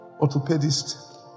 Orthopedist